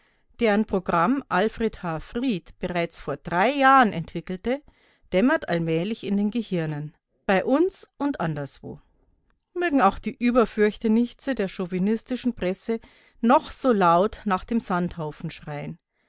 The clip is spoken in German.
deren programm alfred h fried bereits vor drei jahren entwickelte dämmert allmählich in den gehirnen bei uns und anderswo mögen auch die überfürchtenichtse der chauvinistischen presse noch so laut nach dem sandhaufen schreien